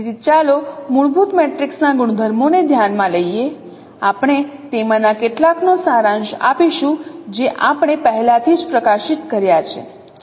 તેથી ચાલો હવે મૂળભૂત મેટ્રિક્સના ગુણધર્મોને ધ્યાન માં લઈએ આપણે તેમાંના કેટલાકનો સારાંશ આપીશું જે આપણે પહેલાથી પ્રકાશિત કર્યા છે